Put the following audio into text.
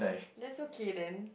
that's okay then